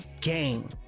game